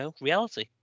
reality